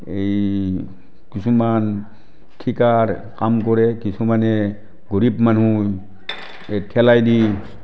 এই কিছুমান ঠিকাৰ কাম কৰে কিছুমানে গৰীব মানুহ এই ঠেলাইদি